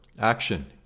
action